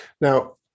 Now